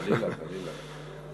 חלילה, חלילה.